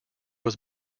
was